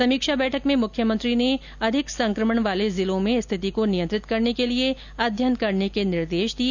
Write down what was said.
समीक्षा बैठक में मुख्यमंत्री ने अधिक संक्रमण वाले जिलों में स्थिति को नियंत्रित करने के लिए अध्ययन करने के निर्देश दिए